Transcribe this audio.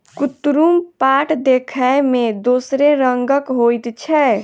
कुतरुम पाट देखय मे दोसरे रंगक होइत छै